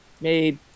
made